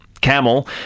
Camel